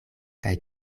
kaj